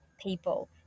people